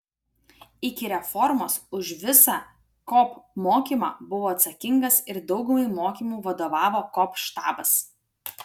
iki reformos už visą kop mokymą buvo atsakingas ir daugumai mokymų vadovavo kop štabas